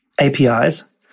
APIs